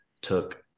took